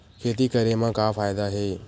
खेती करे म का फ़ायदा हे?